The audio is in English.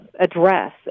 address